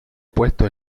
puesto